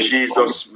Jesus